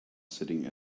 sitting